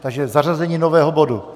Takže zařazení nového bodu.